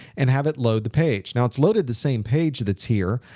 and have it load the page. now, it's loaded the same page that's here.